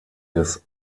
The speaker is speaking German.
des